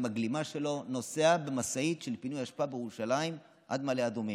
עם הגלימה שלו נוסע במשאית של פינוי אשפה בירושלים עד מעלה אדומים.